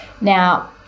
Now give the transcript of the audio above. Now